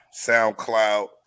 SoundCloud